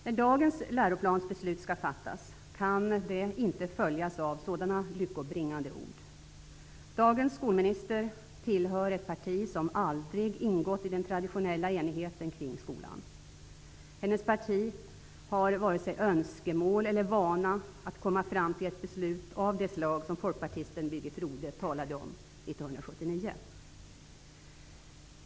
När dagens läroplansbeslut skall fattas, kan det inte följas av sådana lyckobringande ord. Dagens skolminister tillhör ett parti som aldrig ingått i den traditionella enigheten kring skolan. Hennes parti har inte haft vare sig önskemål eller vana att komma fram till ett beslut av det slag folkpartisten Birgit Rohde talade om 1979.